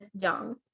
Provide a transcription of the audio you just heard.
Young